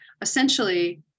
essentially